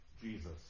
Jesus